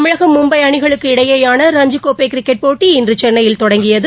தமிழகம் மும்பை அணிகளுக்கு இடையேயான ரஞ்சிக் கோப்பை கிரிக்கெட் போட்டி இன்று சென்னையில் தொடங்கியது